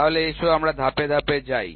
তাহলে এসো আমরা ধাপে ধাপে যাই